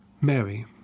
Mary